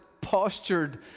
postured